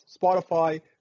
Spotify